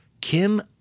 Kim